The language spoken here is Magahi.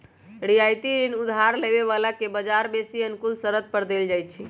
रियायती ऋण उधार लेबे बला के बजार से बेशी अनुकूल शरत पर देल जाइ छइ